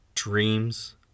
Dreams